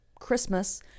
Christmas